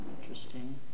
Interesting